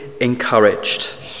encouraged